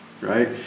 Right